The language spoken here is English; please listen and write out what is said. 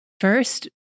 First